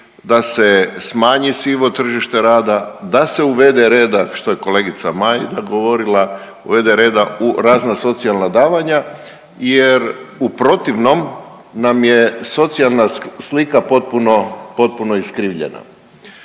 da se smanji sivo tržište rada, da se uvede reda što je kolegica Majda govorila, uvede reda u razna socijalna davanja jer u protivnom nam je socijalna slika potpuno, potpuno iskrivljena.